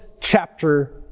chapter